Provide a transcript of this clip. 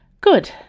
Good